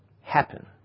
happen